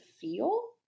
feel